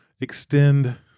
extend